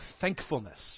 thankfulness